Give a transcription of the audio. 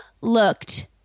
looked